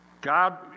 God